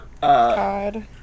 God